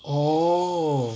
oh